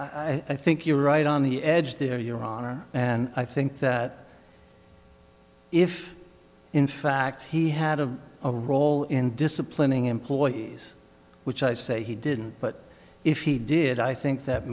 requirement i think you're right on the edge there your honor and i think that if in fact he had of a role in disciplining employees which i say he didn't but if he did i think that